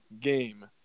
game